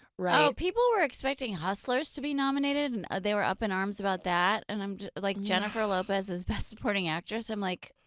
right. oh, people were expecting hustlers to be nominated and they were up in arms about that, and like jennifer lopez as best supporting actress. i'm like,